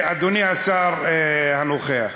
אדוני השר הנוכח,